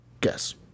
Guess